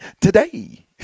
Today